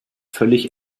völlig